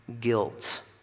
guilt